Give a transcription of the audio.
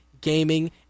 gaming